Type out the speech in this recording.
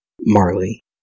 Marley